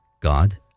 God